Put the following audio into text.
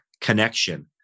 connection